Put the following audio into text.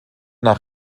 nach